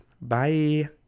Bye